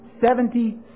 Seventy